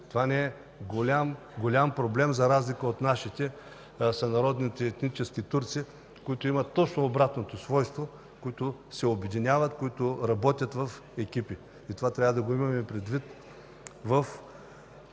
Това е голям проблем, за разлика от нашите сънародници етнически турци, които имат точно обратното свойство, които се обединяват, които работят в екипи. И това трябва да го имаме предвид в